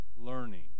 learning